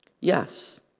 Yes